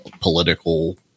political